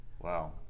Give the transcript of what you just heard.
Wow